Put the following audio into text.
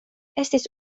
estis